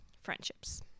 friendships